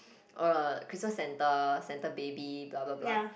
!wah! Christmas Santa Santa baby blah blah blah